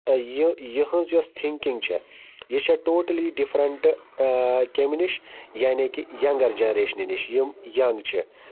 یہِ یِہٕنٛز یۄس تھِنٛکِنٛگ چھِ یہِ چھَ ٹوٹلی ڈِفرَنٹہٕ کمہِ نِش یعنے کہِ یَنٛگَر جَنریشنہِ نِش یِم یَنٛگ چھِ